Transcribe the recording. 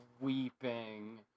weeping